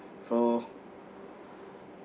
so